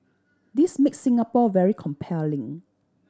this makes Singapore very compelling